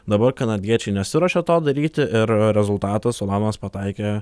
dabar kanadiečiai nesiruošė to daryti ir rezultatas ulanovas pataikė